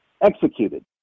executed